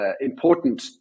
important